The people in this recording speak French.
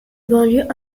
banlieue